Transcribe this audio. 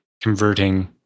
converting